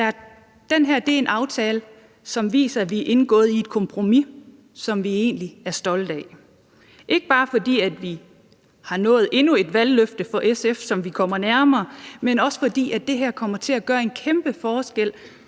her er en aftale, som viser, at vi har indgået et kompromis, som vi egentlig er stolte af, ikke bare fordi vi i SF kommer nærmere opfyldelsen af endnu et valgløfte, men også fordi det her kommer til at gøre en kæmpe forskel